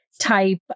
type